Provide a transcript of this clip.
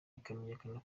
ikamenyekana